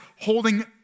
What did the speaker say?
holding